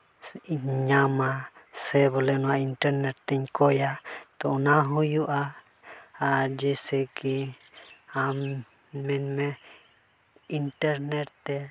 ᱧᱟᱢᱟ ᱥᱮ ᱵᱚᱞᱮ ᱱᱚᱣᱟ ᱤᱱᱴᱟᱨᱱᱮᱴ ᱛᱤᱧ ᱠᱚᱭᱟ ᱛᱚ ᱱᱚᱣᱟ ᱦᱩᱭᱩᱜᱼᱟ ᱟᱨ ᱡᱮᱭᱥᱮ ᱠᱤ ᱟᱢ ᱢᱮᱱᱢᱮ ᱤᱱᱴᱟᱨᱱᱮᱴ ᱛᱮ